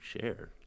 share